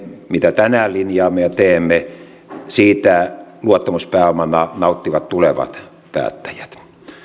mitä tänään linjaamme ja teemme luottamuspääomana nauttivat tulevat päättäjät